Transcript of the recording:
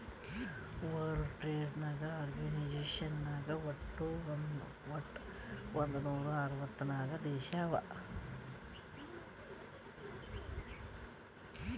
world Trade Organization ನಾಗ್ ವಟ್ ಒಂದ್ ನೂರಾ ಅರ್ವತ್ ನಾಕ್ ದೇಶ ಅವಾ